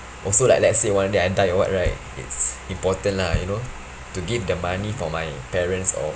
also like let's say one day I die or what right it's important lah you know to give the money for my parents or